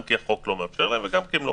זה גם כי החוק לא מרשה וגם כי הם לא